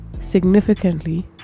significantly